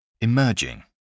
Emerging